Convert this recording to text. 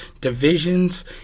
divisions